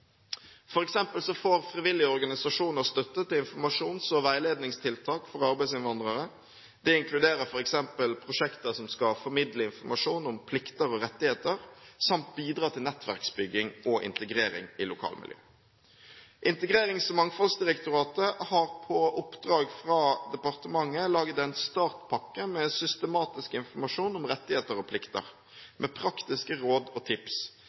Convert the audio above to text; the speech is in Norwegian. får frivillige organisasjoner støtte til informasjons- og veiledningstiltak for arbeidsinnvandrere. Det inkluderer f.eks. prosjekter som skal formidle informasjon om plikter og rettigheter, samt bidra til nettverksbygging og integrering i lokalmiljøet. Integrerings- og mangfoldsdirektoratet har på oppdrag fra departementet laget en startpakke med systematisk informasjon om rettigheter og plikter, med praktiske råd og tips.